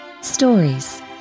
stories